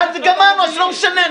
דורון אברג'יל, אני מאיגוד לשכות המסחר.